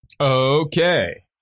Okay